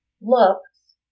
looks